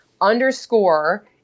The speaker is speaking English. underscore